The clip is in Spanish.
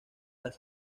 las